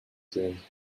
sehen